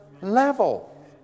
level